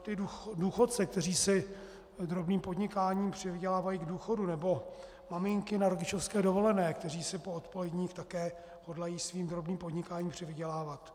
Ty důchodce, kteří si drobným podnikáním přivydělávají k důchodu, nebo maminky na rodičovské dovolené, které si po odpoledních také hodlají svým drobným podnikáním přivydělávat.